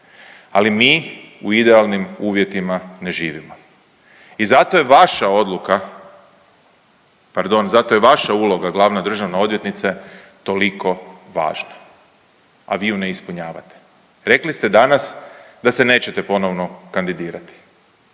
ali mi u idealnim uvjetima ne živimo i zato je vaša odluka, pardon, zato je vaša uloga, glavna državna odvjetnice, toliko važna, a vi ju ne ispunjavate. Rekli ste danas da se nećete ponovno kandidirati,